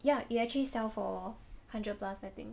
ya it actually sell for hundred plus I think